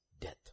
death